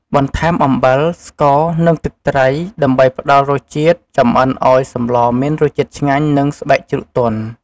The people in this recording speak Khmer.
បន្ថែមអំបិល ស្ករ និងទឹកត្រី ដើម្បីផ្តល់រសជាតិ ចម្អិនឱ្យសម្លមានរសជាតិឆ្ងាញ់ និងស្បែកជ្រូកទន់។